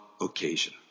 occasion